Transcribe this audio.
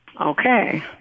okay